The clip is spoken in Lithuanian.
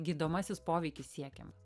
gydomasis poveikis siekiamas